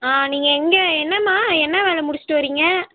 ஆ நீங்கள் எங்கே என்னமா என்ன வேலை முடித்துட்டு வரீங்க